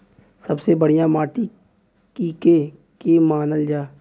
सबसे बढ़िया माटी के के मानल जा?